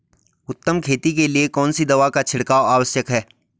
उत्तम खेती के लिए कौन सी दवा का छिड़काव आवश्यक है?